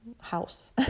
house